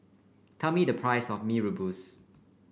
tell me the price of Mee Rebus